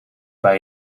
bij